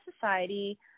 society